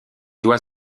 doit